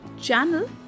Channel